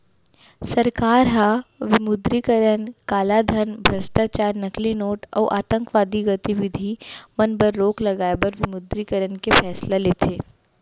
सरकार ह विमुद्रीकरन कालाधन, भस्टाचार, नकली नोट अउ आंतकवादी गतिबिधि मन म रोक लगाए बर विमुद्रीकरन के फैसला लेथे